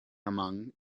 among